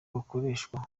bukoreshwa